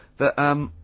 that um,